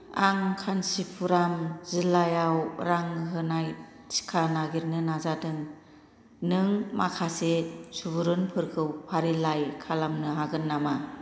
आं कान्चीपुराम जिल्लायाव रां होनाय थिका नागिरनो नाजादों नों माखासे सुबुरुनफोरखौ फारिलाइ खालामनो हागोन नामा